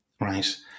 right